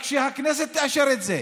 רק כשהכנסת תאשר את זה.